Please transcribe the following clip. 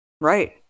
Right